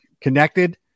connected